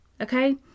okay